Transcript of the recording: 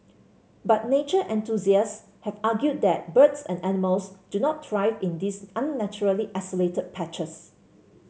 but nature enthusiasts have argued that birds and animals do not thrive in these unnaturally isolated patches